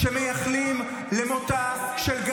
אני לא שומע אותך אומר את זה אף פעם.